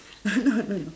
no no no